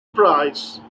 prize